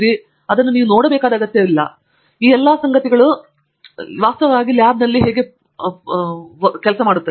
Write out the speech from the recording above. ಆದ್ದರಿಂದ ನೀವು ಆ ಮಟ್ಟಿಗೆ ತಿಳಿದುಕೊಳ್ಳಿ ನೀವು ನೋಡಬೇಕಾದ ಅಗತ್ಯವಿಲ್ಲ ಈ ಎಲ್ಲಾ ಸಂಗತಿಗಳು ಲ್ಯಾಬ್ ವಾಸ್ತವವಾಗಿ ಹೇಗೆ ಮಾಡುತ್ತಿದೆ